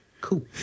cool